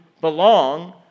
belong